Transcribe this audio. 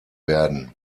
werden